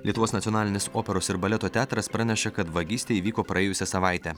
lietuvos nacionalinis operos ir baleto teatras praneša kad vagystė įvyko praėjusią savaitę